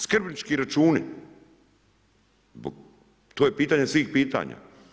Skrbnički računi, to je pitanje svih pitanja.